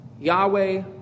Yahweh